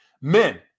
Men